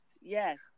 yes